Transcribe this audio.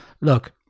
look